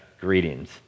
greetings